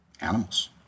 Animals